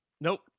Nope